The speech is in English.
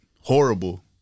horrible